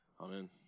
Amen